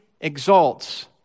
exalts